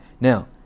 now